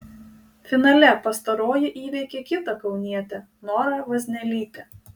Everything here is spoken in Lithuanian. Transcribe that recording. finale pastaroji įveikė kitą kaunietę norą vaznelytę